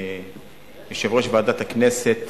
ההצעה הזאת